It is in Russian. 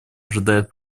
ожидает